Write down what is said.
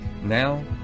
Now